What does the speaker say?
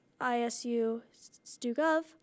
isustugov